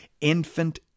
infant